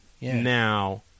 Now